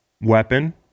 weapon